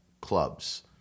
clubs